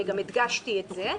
גם הדגשתי את זה,